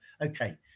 Okay